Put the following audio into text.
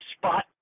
spot